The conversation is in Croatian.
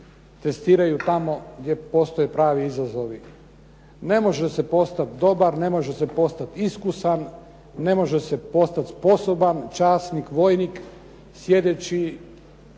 testiraju tamo gdje postoje pravi izazovi. Ne može se postat dobar, ne može se postat iskusan, ne može se postat sposoban časnik, vojnik sjedeći